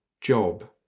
job